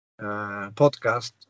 podcast